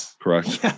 correct